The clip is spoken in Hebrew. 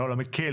הנוהל המקל?